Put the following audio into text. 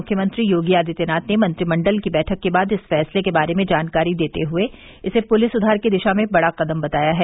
मुख्यमंत्री योगी आदित्यनाथ ने मंत्रिमण्डल की बैठक के बाद इस फैसले के बारे में जानकारी देते हये इसे पुलिस सुधार की दिशा में बड़ा कदम बताया है